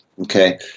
okay